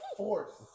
force